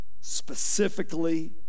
specifically